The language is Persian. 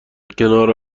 کنار